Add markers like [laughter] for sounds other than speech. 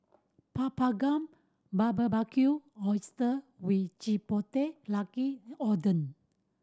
Papadum Barbecued Oyster with Chipotle [unintelligible] Oden